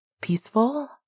peaceful